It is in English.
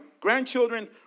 grandchildren